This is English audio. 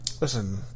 Listen